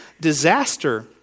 disaster